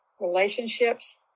relationships